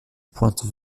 pointe